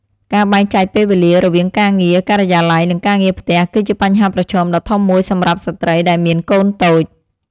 ការបែងចែកពេលវេលារវាងការងារការិយាល័យនិងការងារផ្ទះ គឺជាបញ្ហាប្រឈមដ៏ធំមួយសម្រាប់ស្ត្រីដែលមានកូនតូច។